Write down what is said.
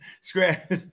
scratch